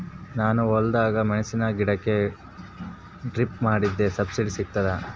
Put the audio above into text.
ನಾನು ಹೊಲದಾಗ ಮೆಣಸಿನ ಗಿಡಕ್ಕೆ ಡ್ರಿಪ್ ಮಾಡಿದ್ರೆ ಸಬ್ಸಿಡಿ ಸಿಗುತ್ತಾ?